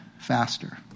faster